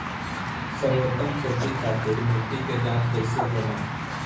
सर्वोत्तम खेती खातिर मिट्टी के जाँच कईसे होला?